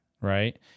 right